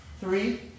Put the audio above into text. three